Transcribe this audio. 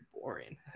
boring